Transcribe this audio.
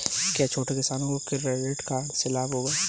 क्या छोटे किसानों को किसान क्रेडिट कार्ड से लाभ होगा?